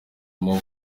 more